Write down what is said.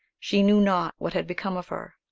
she knew not what had become of her.